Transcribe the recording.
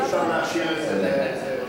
אי-אפשר להשאיר את זה,